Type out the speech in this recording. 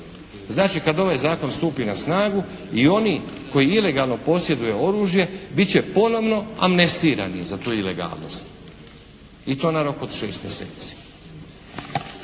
Znači kad ovaj Zakon stupi na snagu i oni koji ilegalno posjeduje oružje bit će ponovno amnestirani za tu ilegalnost i to na rok od 6 mjeseci,